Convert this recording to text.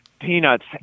peanuts